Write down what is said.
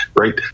right